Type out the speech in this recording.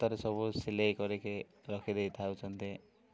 ତା'ର ସବୁ ସିଲେଇ କରିକି ରଖି ଦେଇ ଥାଉଛନ୍ତି